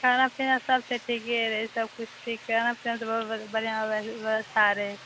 खाना पीना सभ तऽ ठीके रहै सभ किछु ठीके डांस टांस बढ़िऑं व्यवस्था रहै